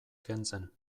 kentzen